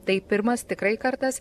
tai pirmas tikrai kartas